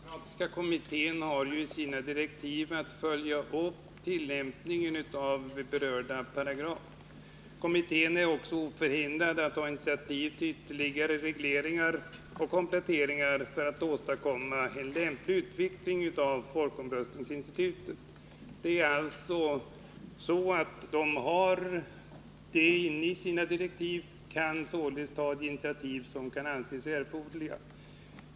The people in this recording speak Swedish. Herr talman! Kommunaldemokratiska kommittén har enligt sina direktiv att följa tillämpningen av berörda paragraf. Kommittén är också oförhindrad att ta initiativ till ytterligare regleringar och kompletteringar för att åstadkomma en lämplig utveckling av folkomröstningsinstitutet. Det är alltså möjligt för kommittén att enligt direktiven ta de initiativ som kan anses erforderliga.